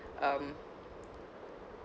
um